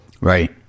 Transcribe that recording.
Right